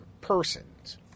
persons